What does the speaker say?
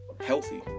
healthy